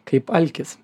kaip alkis